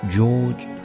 George